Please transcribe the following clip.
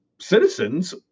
citizens